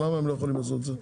למה הם לא יכולים לעשות את זה?